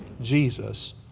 Jesus